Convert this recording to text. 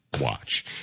Watch